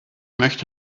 möchte